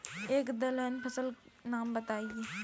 एक दलहन फसल का नाम बताइये